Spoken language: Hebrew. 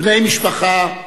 בני משפחה,